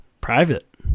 Private